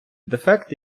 дефект